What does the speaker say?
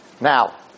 Now